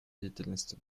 деятельности